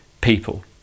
people